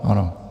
Ano.